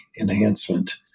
enhancement